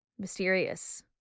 mysterious